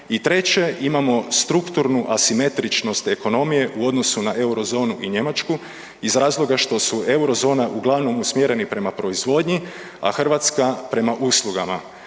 i treće imamo strukturnu asimetričnost ekonomije u odnosu na Eurozonu i Njemačku iz razloga što su Eurozona uglavnom usmjereni prema proizvodnji, a Hrvatska prema uslugama.